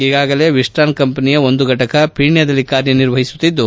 ಈಗಾಗಲೇ ವಿಸ್ವಾನ್ ಕಂಪನಿಯ ಒಂದು ಫಟಕ ಪೀಣ್ಣದಲ್ಲಿ ಕಾರ್ಯನಿರ್ವಹಿಸುತ್ತಿದ್ದು